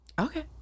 Okay